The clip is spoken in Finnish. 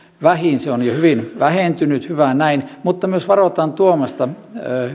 vähiin se on jo hyvin vähentynyt hyvä näin mutta myös varotaan tuomasta